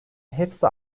hepsi